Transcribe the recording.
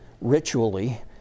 ritually